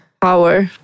power